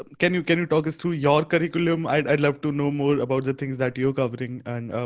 and can you can you talk us through your curriculum, i'd i'd love to know more about the things that you're covering and